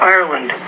Ireland